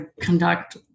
conduct